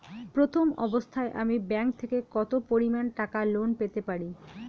প্রথম অবস্থায় আমি ব্যাংক থেকে কত পরিমান টাকা লোন পেতে পারি?